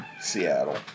Seattle